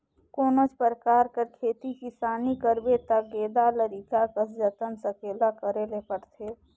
कोनोच परकार कर खेती किसानी करबे ता गेदा लरिका कस जतन संकेला करे ले परथे